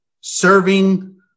serving